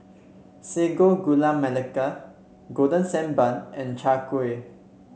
Sago Gula Melaka Golden Sand Bun and Chai Kueh